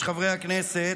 חברי הכנסת,